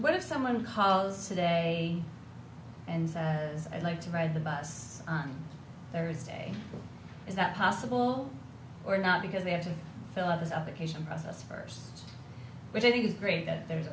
what if someone calls today and says i'd like to ride the bus on thursday is that possible or not because they have to fill us up occasion process first which i think is great that there's